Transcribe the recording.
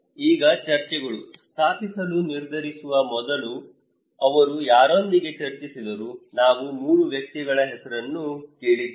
ಈಗ ಚರ್ಚೆಗಳು ಸ್ಥಾಪಿಸಲು ನಿರ್ಧರಿಸುವ ಮೊದಲು ಅವರು ಯಾರೊಂದಿಗೆ ಚರ್ಚಿಸಿದರು ನಾವು 3 ವ್ಯಕ್ತಿಗಳನ್ನು ಹೆಸರಿಸಲು ಕೇಳಿದ್ದೇವೆ